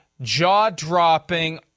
jaw-dropping